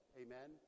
amen